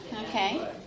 Okay